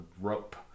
rope